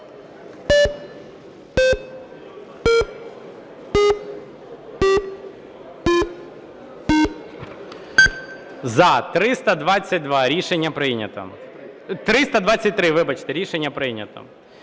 – 322, рішення прийнято. 323, вибачте, рішення прийнято.